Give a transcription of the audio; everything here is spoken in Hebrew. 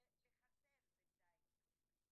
תקפו עובדת סוציאלית,